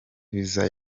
visa